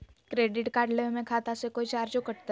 Credit card लेवे में खाता से कोई चार्जो कटतई?